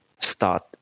start